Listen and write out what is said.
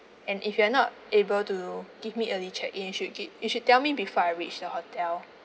and if you are not able to give me early check in you should gi~ you should tell me before I reached the hotel